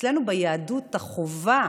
אצלנו ביהדות יש חובה